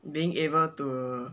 being able to